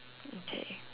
okay